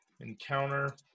Encounter